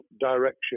direction